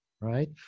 Right